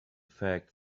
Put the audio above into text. fact